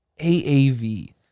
AAV